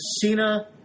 Cena